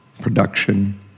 production